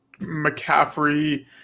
McCaffrey –